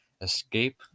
escape